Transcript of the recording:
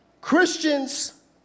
Christians